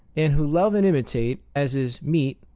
and who love and imitate, as is meet,